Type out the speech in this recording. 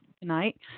tonight